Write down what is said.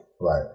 right